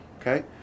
Okay